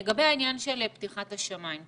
לגבי העניין של פתיחת השמים.